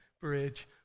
bridge